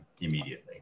immediately